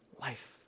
life